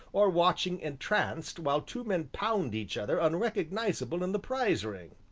or watching entranced while two men pound each other unrecognizable in the prize ring.